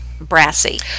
brassy